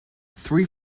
three